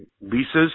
leases